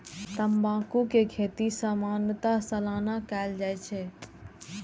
तंबाकू के खेती सामान्यतः सालाना कैल जाइ छै